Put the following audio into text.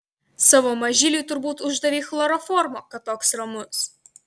savo mažyliui turbūt uždavei chloroformo kad toks ramus